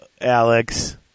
Alex